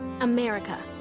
America